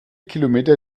kilometer